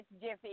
Jiffy